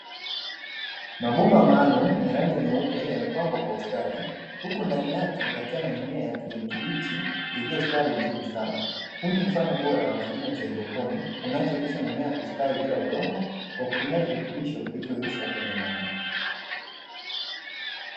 Mabomba maalumu ya rangi nyeupe yamepangwa kwa ustadi. Huku ndani yake yakiwa na mimea ya kijani kibichi iliyostawi vizuri sana. Huu ni mfano bora wa kilimo cha hydroponi unachowezesha mimea kustawi bila udongo kwa kutumia virutubisho vilivyoyeyushwa kwenye maji.